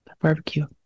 barbecue